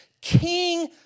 king